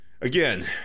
again